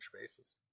basis